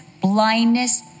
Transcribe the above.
blindness